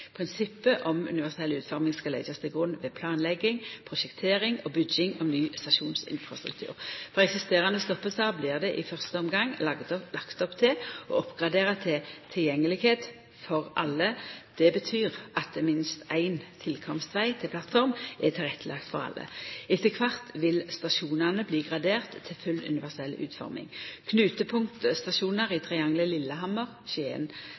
Prinsippet om universell utforming skal leggjast til grunn ved planlegging, prosjektering og bygging av ny stasjonsinfrastuktur. For eksisterande stoppestader blir det i fyrste omgang lagt opp til å oppgradera til tilgjengelegheit for alle. Det betyr at minst éin tilkomstveg til plattform er tilrettelagd for alle. Etter kvart vil stasjonane bli oppgraderte til full universell utforming. Knutepunktstasjonar i triangelet Lillehammer–Skien–Halden har fått høgast prioritet. Deretter kjem andre stasjonar i